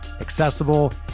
accessible